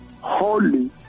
Holy